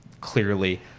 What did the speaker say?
clearly